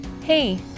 Hey